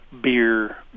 Beer